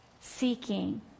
seeking